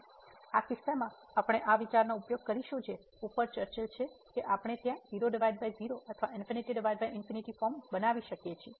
તેથી આ કિસ્સામાં આપણે આ વિચારનો ઉપયોગ કરીશું જે ઉપર ચર્ચા થયેલ છે કે આપણે ક્યાં તો 00 અથવા ∞∞ ફોર્મ બનાવી શકીએ છીએ